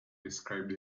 described